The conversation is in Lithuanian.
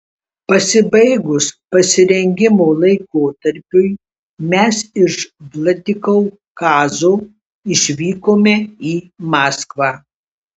pasibaigus pasirengimo laikotarpiui mes iš vladikaukazo išvykome į maskvą